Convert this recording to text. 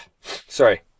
Sorry